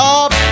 up